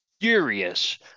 furious